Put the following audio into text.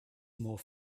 more